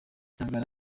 ihangane